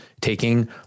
taking